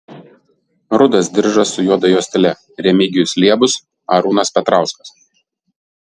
rudas diržas su juoda juostele remigijus liebus arūnas petrauskas